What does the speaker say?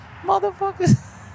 motherfuckers